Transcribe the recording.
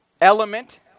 element